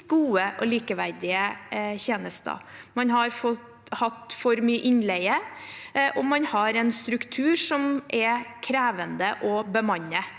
gode og likeverdige tjenester. Man har hatt for mye innleie, og man har en struktur som er krevende å bemanne.